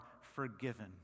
forgiven